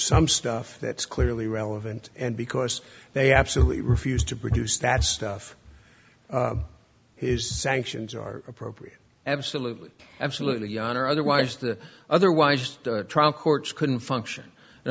some stuff that's clearly relevant and because they absolutely refused to produce that stuff is sanctions are appropriate absolutely absolutely on or otherwise the otherwise just trial courts couldn't function in